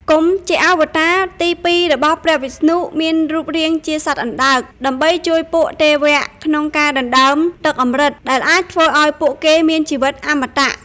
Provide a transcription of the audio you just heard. កុម៌ ជាអវតារទីពីររបស់ព្រះវិស្ណុមានរូបរាងជាសត្វអណ្តើក ដើម្បីជួយពួកទេវៈក្នុងការដណ្តើមទឹកអម្រឹត (ដែលអាចធ្វើឱ្យពួកគេមានជីវិតអមតៈ)។